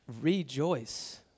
rejoice